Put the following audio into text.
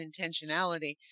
intentionality